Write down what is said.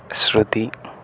ശ്രുതി